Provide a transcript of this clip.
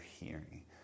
hearing